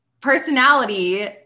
personality